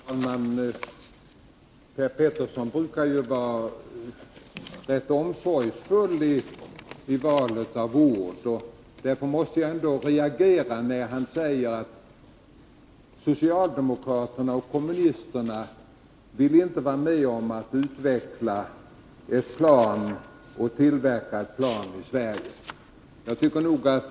Fru talman! Per Petersson brukar vara rätt omsorgsfull i valet av ord. Därför måste jag reagera när han säger att socialdemokraterna och kommunisterna inte vill vara med om att utveckla och tillverka ett plan i Sverige.